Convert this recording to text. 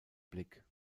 blick